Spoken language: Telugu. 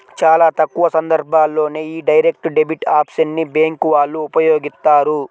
చాలా తక్కువ సందర్భాల్లోనే యీ డైరెక్ట్ డెబిట్ ఆప్షన్ ని బ్యేంకు వాళ్ళు ఉపయోగిత్తారు